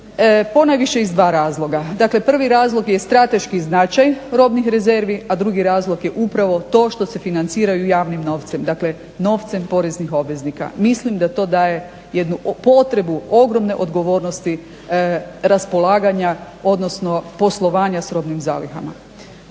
ponajviše iz dva razloga. Dakle prvi razlog je strateški značaj robnih rezervi, a drugi razlog je upravo to što se financiraju javnim novcem, dakle novcem poreznih obveznika. Mislim da to daje jednu potrebu ogromne odgovornosti raspolaganja odnosno poslovanja s robnim zalihama.